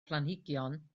planhigion